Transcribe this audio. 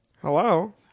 hello